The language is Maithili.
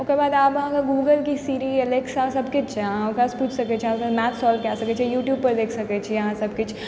ओकरबाद आब अहाँके गूगलके सीरी एलैक्सा सबकिछु छै अहाँ ओकरासँ पुछि सकय छी अहाँ ओकरासँ मैथ्स सोल्व कए सकय छियै यूट्यूबपर देख सकय छियै अहाँ सबकिछु